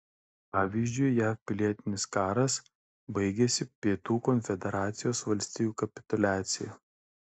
pavyzdžiui jav pilietinis karas baigėsi pietų konfederacijos valstijų kapituliacija